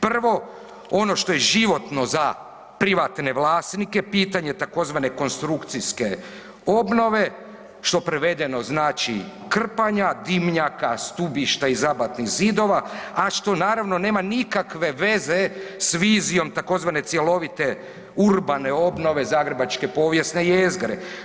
Prvo, ono što je životno za privatne vlasnike, pitanje tzv. konstrukcijske obnove, što prevedeno znači krpanja dimnjaka, stubišta i zabatnih zidova, a što naravno, nema nikakve veze s vizijom tzv. cjelovite urbane obnove zagrebačke povijesne jezgre.